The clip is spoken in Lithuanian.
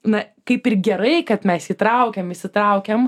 na kaip ir gerai kad mes įtraukėm įsitraukėm